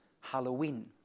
Halloween